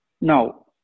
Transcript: Now